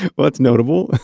well, that's notable.